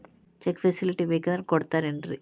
Check facility ಬೇಕಂದ್ರ ಕೊಡ್ತಾರೇನ್ರಿ?